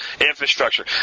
infrastructure